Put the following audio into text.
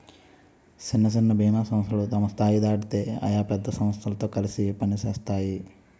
సిన్న సిన్న బీమా సంస్థలు తమ స్థాయి దాటితే అయి పెద్ద సమస్థలతో కలిసి పనిసేత్తాయి